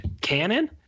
cannon